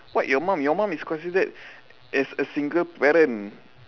what your mum your mum is considered as a single parent